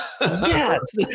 Yes